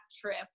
trip